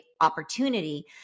opportunity